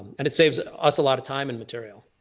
and it saves us a lot of time and material.